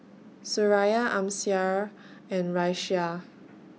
Suraya Amsyar and Raisya